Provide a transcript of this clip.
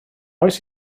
oes